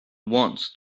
once